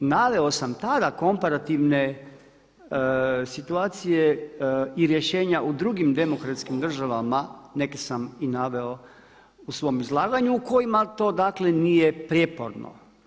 Naveo sam tada komparativne situacije i rješenja u drugim demokratskim državama, neke sam i naveo u svom izlaganju kojima to dakle nije prijeporno.